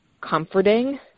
comforting